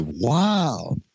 wow